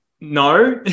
no